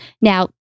Now